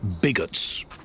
Bigots